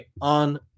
on